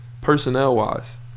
personnel-wise